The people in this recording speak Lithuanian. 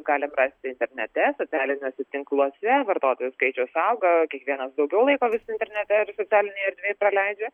galim rasti internete socialiniuose tinkluose vartotojų skaičius auga kiekvienas daugiau laiko vis internete ir socialinėj erdvėj praleidžia